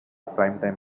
primetime